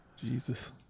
Jesus